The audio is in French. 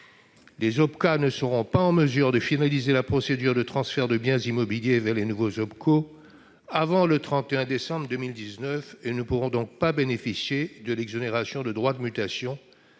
Les OPCA ne seront pas en mesure de finaliser la procédure de transfert des biens immobiliers vers les nouveaux OPCO avant le 31 décembre prochain et ne pourront donc pas bénéficier de l'exonération de droits de mutation